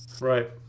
right